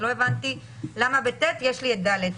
לא הבנתי למה ב-(ט) יש לי את (ד).